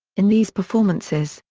in these performances,